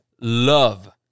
love